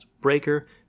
Breaker